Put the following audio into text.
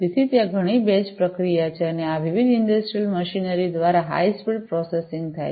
તેથી ત્યાં ઘણી બેચ પ્રક્રિયા છે અને આ વિવિધ ઇંડસ્ટ્રિયલ મશીનરી દ્વારા હાઇ સ્પીડ પ્રોસેસિંગ થાય છે